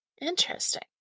Interesting